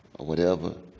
or whatever,